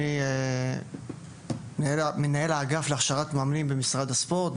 אני מנהל האגף להכשרת מאמנים במשרד הספורט,